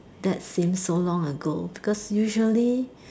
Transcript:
that seems so long ago because usually